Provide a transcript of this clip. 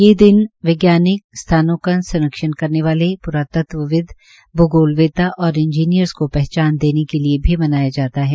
ये दिन विज्ञानिक स्थानों का संरक्षण करने वाले पुरातत्वविद्व भूगोलवेता और इंजीनियरर्स को पहचान देने के लिये भी मनाया जाता है